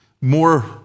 more